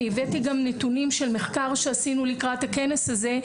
אני הבאתי נתונים של מחקר שעשינו לקראת הכנס הזה,